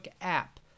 app